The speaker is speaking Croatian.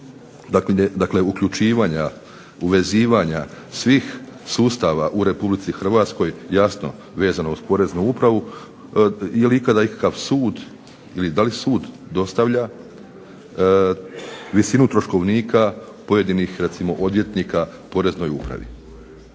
dakle uključivanja, uvezivanja svih sustava u Republici Hrvatskoj, jasno vezano uz poreznu upravu, je li ikada ikakav sud ili da li sud dostavlja visinu troškovnika pojedinih recimo odvjetnika poreznoj upravi,